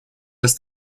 les